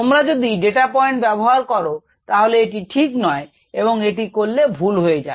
তোমরা যদি data point ব্যবহার করো তাহলে এটি ঠিক নয় এবং এটি করলে ভুল হয়ে যাবে